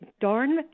darn